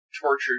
Tortured